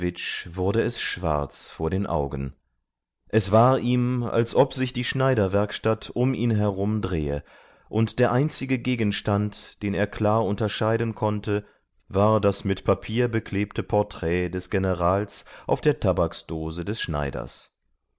wurde es schwarz vor den augen es war ihm als ob sich die schneiderwerkstatt um ihn herum drehe und der einzige gegenstand den er klar unterscheiden konnte war das mit papier beklebte porträt des generals auf der tabaksdose des schneiders